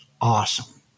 awesome